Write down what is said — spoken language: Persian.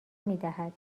میدهد